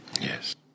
Yes